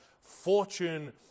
fortune